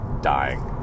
dying